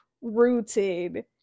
rooted